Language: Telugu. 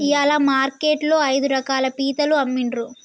ఇయాల మార్కెట్ లో ఐదు రకాల పీతలు అమ్మిన్రు